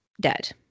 dead